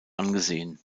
angesehen